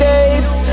Gates